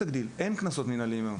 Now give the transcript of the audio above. תקבל קנס של 5,000 שקלים על כל פרה שפולשת.